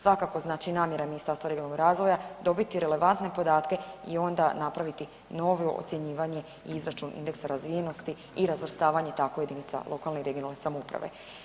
Svakako znači namjera Ministarstva regionalnog razvoja dobiti relevantne podatke i onda napraviti novo ocjenjivanje i izračun indeksa razvijenosti i razvrstavanje tako jedinica lokalne i regionalne samouprave.